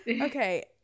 okay